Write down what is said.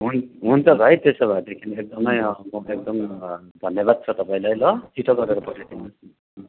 हुन्छ भाइ त्यसो भएदेखिन् एकदमै अँ एकदम धन्यवाद छ तपाईँलाई ल छिट्टो गरेर पठाइ दिनुहोस्